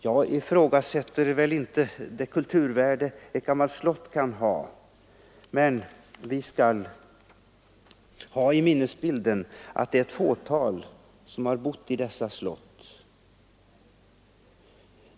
Jag ifrågasätter inte det kulturvärde ett gammalt slott kan ha, men vi bör ha i minnet att det bara är ett fåtal människor som har bott i dessa slott.